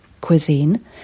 cuisine